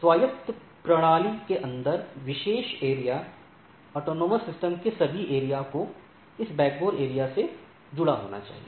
स्वायत्त प्रणाली के अंदर विशेष एरिया एएस के सभी एरिया ों को इस बैकबोन एरिया से जुड़ा होना चाहिए